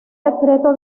decreto